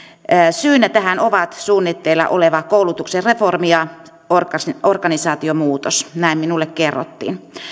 syynä tähän ovat suunnitteilla oleva koulutuksen reformi ja organisaatiomuutos näin minulle kerrottiin